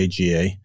AGA